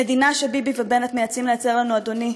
המדינה שביבי ובנט מנסים ליצור לנו, אדוני,